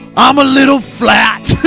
i'm a little flat.